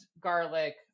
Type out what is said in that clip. garlic